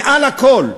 מעל הכול,